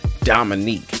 Dominique